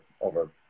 over